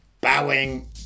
Bowing